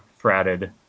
fratted